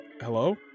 hello